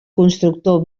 constructor